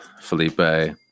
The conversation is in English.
Felipe